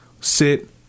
sit